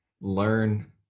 learn